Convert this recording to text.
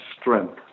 strength